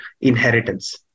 inheritance